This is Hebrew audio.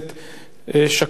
שכיב שנאן,